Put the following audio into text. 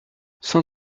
cent